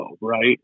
right